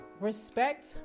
respect